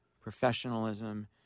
professionalism